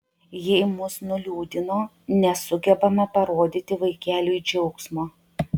jei mus nuliūdino nesugebame parodyti vaikeliui džiaugsmo